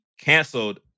canceled